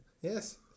Yes